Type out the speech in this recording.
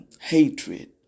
hatred